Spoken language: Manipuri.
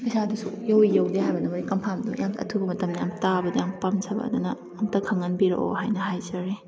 ꯄꯩꯁꯥꯗꯨꯁꯨ ꯌꯧꯏ ꯌꯧꯗꯦ ꯍꯥꯏꯕꯗꯨꯃ ꯑꯩ ꯀꯟꯐꯥꯝꯗꯨ ꯌꯥꯝ ꯑꯊꯨꯕ ꯃꯇꯝꯗ ꯌꯥꯝ ꯇꯥꯕꯗꯨ ꯌꯥꯝ ꯄꯥꯝꯖꯕ ꯑꯗꯨꯅ ꯑꯝꯇ ꯈꯪꯍꯟꯕꯤꯔꯛꯑꯣ ꯍꯥꯏꯅ ꯍꯥꯏꯖꯔꯤ